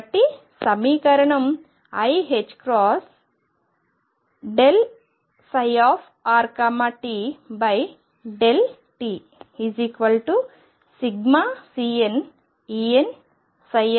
కాబట్టి సమీకరణం iℏ∂ψrt∂t∑CnEnnrt అవుతుంది